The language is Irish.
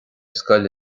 scoil